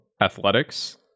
athletics